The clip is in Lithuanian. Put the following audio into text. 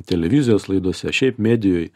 televizijos laidose šiaip medijoj